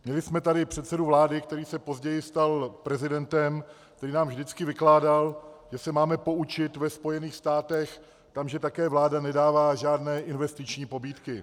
Měli jsme tady předsedu vlády, který se později stal prezidentem, který nám vždycky vykládal, že se máme poučit ve Spojených státech, tam že také vláda nedává žádné investiční pobídky.